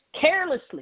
carelessly